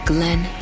Glenn